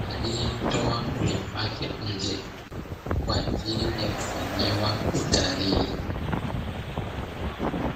aliyetoa ulimi wake nje kwa ajili ya kufanyiwa utalii.